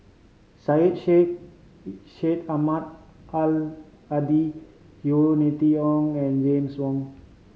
Syed Sheikh Syed Ahmad Al Hadi Yeo Ni Ti Yong and James Wong